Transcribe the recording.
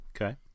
Okay